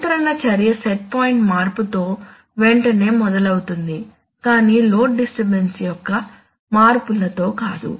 నియంత్రణ చర్య సెట్పాయింట్ మార్పు తో వెంటనే మొదలవుతుంది కాని లోడ్ డిస్టర్బన్స్ యొక్క మార్పుల తో కాదు